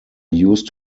used